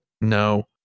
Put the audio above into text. No